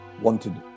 wanted